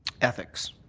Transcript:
ethics,